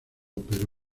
pero